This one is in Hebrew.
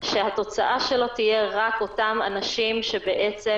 שהתוצאה שלו תהיה רק אותם אנשים שבעצם